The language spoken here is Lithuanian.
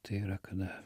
tai yra kada